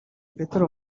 petero